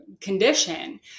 condition